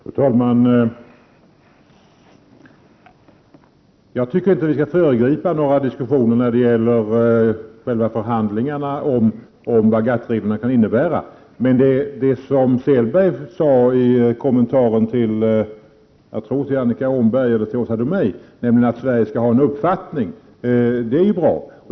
Fru talman! Jag tycker inte att vi skall föregripa några diskussioner när det gäller förhandlingarna om vad GATT-reglerna kan innebära, men det som Selberg gav uttryck för i en kommentar till Annika Åhnberg eller Åsa Domeij, nämligen att Sverige skall ha en uppfattning, är bra.